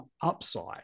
upside